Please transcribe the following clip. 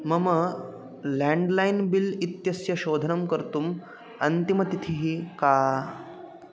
मम landline bill इत्यस्य शोधनं कर्तुम् अन्तिमतिथिः का